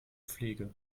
pflege